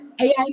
AI